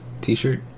t-shirt